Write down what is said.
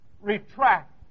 retract